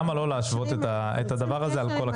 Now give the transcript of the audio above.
למה לא להשוות את הדבר הזה על כל הכסף?